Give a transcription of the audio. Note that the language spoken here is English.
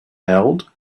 held